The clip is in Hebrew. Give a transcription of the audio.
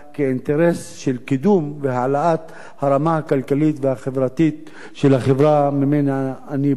כאינטרס של קידום והעלאת הרמה הכלכלית והחברתית של החברה שממנה אני בא.